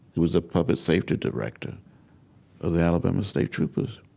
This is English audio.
he was a public safety director of the alabama state troopers.